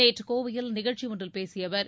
நேற்று கோவையில் நிகழ்ச்சி ஒன்றில் பேசிய அவர்